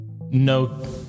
no